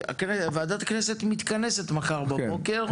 ועדת הכנסת מתכנסת מחר בבוקר,